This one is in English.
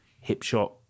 hip-shot